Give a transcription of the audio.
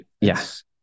yes